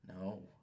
No